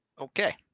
Okay